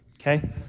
Okay